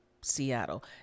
Seattle